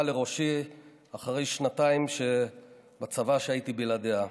לראשי אחרי שנתיים בצבא שהייתי בלעדיה.